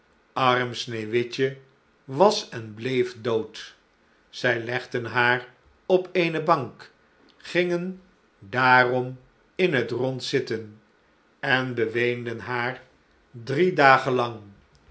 arm sneeuwwitje was en bleef dood zij legden haar op eene bank gingen daarom in het rond zitten en beweenden haar drie dagen lang